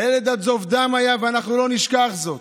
הילד הגיע עד זוב דם, ואנחנו לא נשכח זאת.